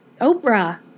Oprah